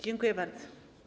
Dziękuję bardzo.